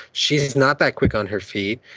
she is not that quick on her feet,